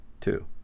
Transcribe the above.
Two